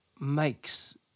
makes